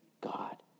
God